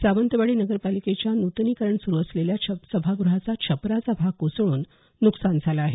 सावंतवाडी नगरपालिकेच्या न्तनीकरण सुरू असलेल्या सभागृहाचा छपराचा भाग कोसळून नुकसान झालं आहे